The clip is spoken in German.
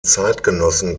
zeitgenossen